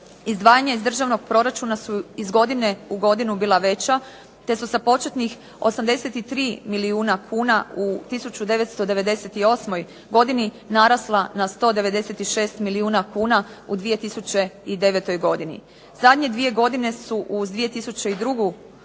Izdvajanje iz državnog proračuna su iz godine u godinu bila veća te su sa početnih 83 milijuna kuna u 1998. godini narasla na 196 milijuna kuna u 2009. godini. Zadnje dvije godine su uz 2002. godinu